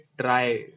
try